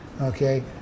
okay